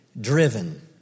Driven